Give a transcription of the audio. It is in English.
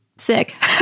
sick